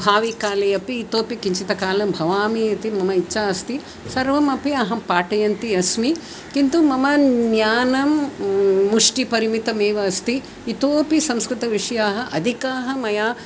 भाविकाले अपि इतोऽपि किञ्चित् कालं भवामि इति मम इच्छा अस्ति सर्वमपि अहं पाठयन्ती अस्मि किन्तु मम ज्ञानं मुष्टिपरिमितम् एव अस्ति इतोऽपि संस्कृतविषयाः अधिकाः मया